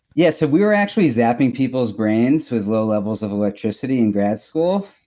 yeah, so we were actually zapping people's brains with low levels of electricity in grad school,